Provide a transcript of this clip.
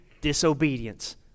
disobedience